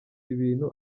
ibintu